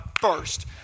first